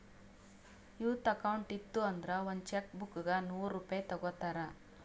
youth account ಇತ್ತು ಅಂದುರ್ ಒಂದ್ ಚೆಕ್ ಬುಕ್ಗ ನೂರ್ ರೂಪೆ ತಗೋತಾರ್